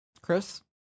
Chris